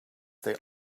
they